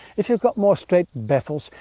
if you got more straight baffles,